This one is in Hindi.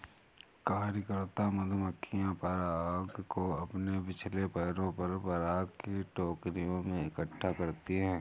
कार्यकर्ता मधुमक्खियां पराग को अपने पिछले पैरों पर पराग की टोकरियों में इकट्ठा करती हैं